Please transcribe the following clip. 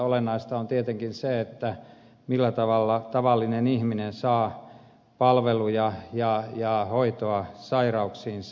olennaista on tietenkin se millä tavalla tavallinen ihminen saa palveluja ja hoitoa sairauksiinsa